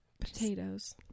Potatoes